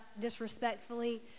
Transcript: disrespectfully